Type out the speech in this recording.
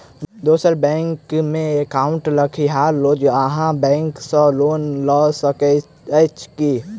दोसर बैंकमे एकाउन्ट रखनिहार लोक अहि बैंक सँ लोन लऽ सकैत अछि की?